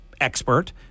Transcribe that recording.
expert